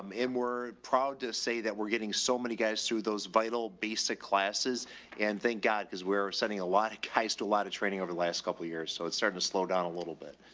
um um we're proud to say that we're getting so many guys through those vital basic classes and thank god because we're sending a lot of christ, a lot of training over the last couple of years. so it's starting to slow down a little bit.